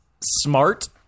smart